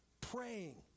Praying